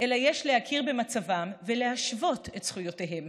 אלא יש להכיר במצבם ולהשוות את זכויותיהם